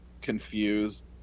confused